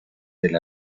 del